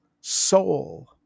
soul